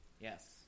Yes